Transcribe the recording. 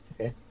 Okay